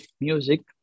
music